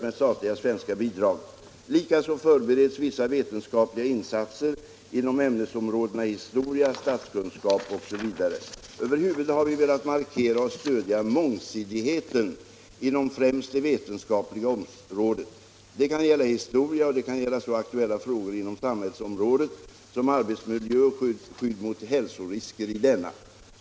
Över huvud har vi velat markera och stödja mångsidigheten inom främst det vetenskapliga området. Det kan gälla historia och det kan gälla så aktuella frågor inom samhällsområdet som arbetsmiljö och skydd mot hälsorisker i denna.